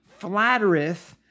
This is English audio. flattereth